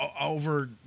over